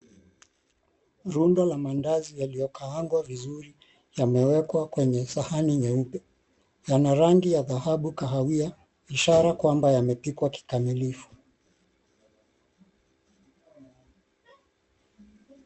Rundo la mandazi yaliyokaangwa vizuri yamewekwa kwenye sahani nyeupe. Yana rangi ya dhahabu kahawia, ishara kwamba yamepikwa kikamilifu.